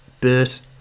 bert